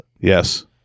Yes